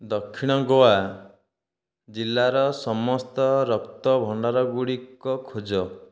ଦକ୍ଷିଣ ଗୋଆ ଜିଲ୍ଲାର ସମସ୍ତ ରକ୍ତ ଭଣ୍ଡାରଗୁଡ଼ିକ ଖୋଜ